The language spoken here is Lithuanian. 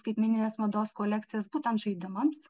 skaitmeninės mados kolekcijas būtent žaidimams